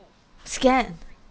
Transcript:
scared